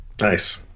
Nice